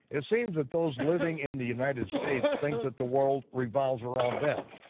it seems that those living in the united states think that the world revolves around them.